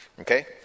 Okay